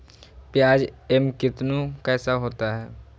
प्याज एम कितनु कैसा होता है?